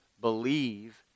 believe